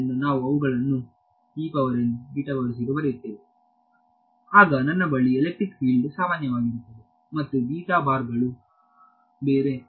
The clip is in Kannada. ಆದ್ದರಿಂದ ನಾವು ಅವುಗಳನ್ನು ಬರೆಯುತ್ತೇವೆ ಆಗ ನನ್ನ ಬಳಿ ಎಲೆಕ್ಟ್ರಿಕ್ ಫೀಲ್ಡ್ ಸಾಮಾನ್ಯವಾಗಿರುತ್ತದೆ ಮತ್ತು ಬೀಟಾ ಬಾರ್ಗಳು ಬೇರೆ